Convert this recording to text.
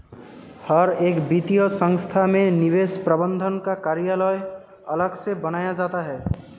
हर एक वित्तीय संस्था में निवेश प्रबन्धन का कार्यालय अलग से बनाया जाता है